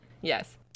yes